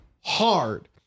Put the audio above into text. hard